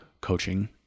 coaching